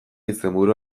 izenburua